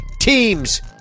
teams